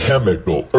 Chemical